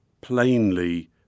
plainly